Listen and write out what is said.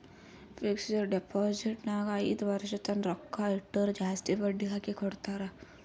fixed deposit ನಾಗ್ ಐಯ್ದ ವರ್ಷ ತನ್ನ ರೊಕ್ಕಾ ಇಟ್ಟುರ್ ಜಾಸ್ತಿ ಬಡ್ಡಿ ಹಾಕಿ ಕೊಡ್ತಾರ್